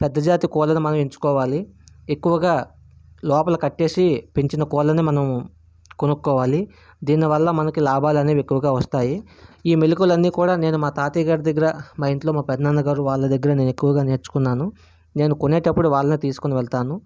పెద్ద జాతి కోళ్ళను మనం ఎంచుకోవాలి ఎక్కువగా లోపల కట్టేసి పెంచిన కోళ్ళని మనం కొనుక్కోవాలి దీనివల్ల లాభాలనేవి మనకి ఎక్కువగా వస్తాయి ఈ మెళకువలు అన్నీకూడా నేను మా తాతయ్య గారి దగ్గర మా ఇంట్లో మా పెదనాన్న గారు వాళ్ళ దగ్గర నేను ఎక్కువగా నేర్చుకున్నాను నేను కొనేటప్పుడు వాళ్ళనే తీసుకుని వెళ్తాను